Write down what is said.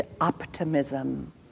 optimism